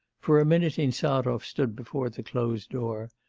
for a minute insarov stood before the closed door,